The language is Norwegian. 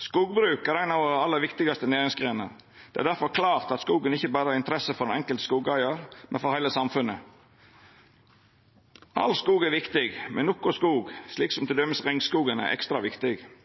«Skogbruket er en av våre aller viktigste næringsgrener. Det er derfor klart at skogen ikke bare har interesse for den enkelte skogeier, men for hele samfunnet.» Alle skogar er viktige, men nokre skogar, som t.d. regnskogen, er ekstra